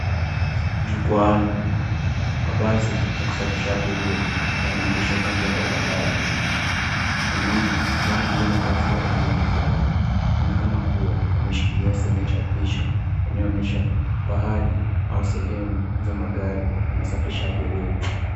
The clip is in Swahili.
Jukwaani mabasi ya kusafirisha abiria yameegeshwa kando ya barabara. Mwanaume ambaye amevaa mavazi ya rangi kijani anaonekana kuwa ameshikilia sehemu chapisho inayoonyesha sehemu au pahali hizo magari yanasafirisha abiria.